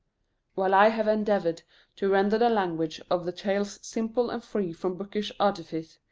while i have endeavoured to render the language of the tales simple and free from bookish artifice,